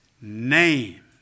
name